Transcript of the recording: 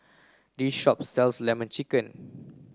this shop sells lemon chicken